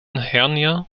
hernia